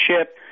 ship